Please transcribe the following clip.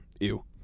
ew